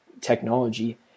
technology